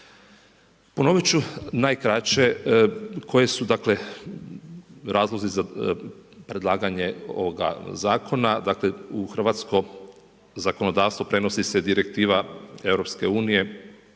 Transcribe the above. Ponovit ću najkraće koji su dakle razlozi za predlaganje ovoga zakona. Dakle u hrvatsko zakonodavstvo prenosi se direktiva